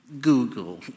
Google